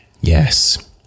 Yes